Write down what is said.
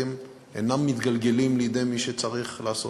אינם מתגלגלים לידי מי שצריך לעשות.